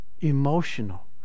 emotional